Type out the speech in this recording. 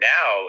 Now